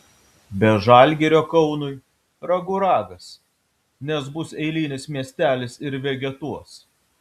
be žalgirio kaunui ragų ragas nes bus eilinis miestelis ir vegetuos